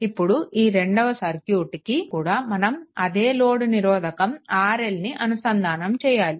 ఇప్పుడు ఈ రెండవ సర్క్యూట్కి కూడా మనం అదే లోడ్ నిరోధకం RL ని అనుసంధానం చేయాలి